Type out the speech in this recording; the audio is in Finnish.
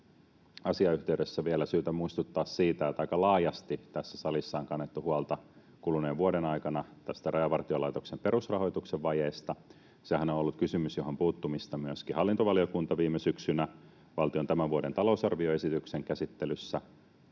asiayhteydessä vielä syytä muistuttaa siitä, että aika laajasti tässä salissa on kannettu huolta kuluneen vuoden aikana tästä Rajavartiolaitoksen perusrahoituksen vajeesta. Sehän on ollut kysymys, johon puuttumiseen myöskin hallintovaliokunta viime syksynä valtion tämän vuoden talousarvioesityksen käsittelyssä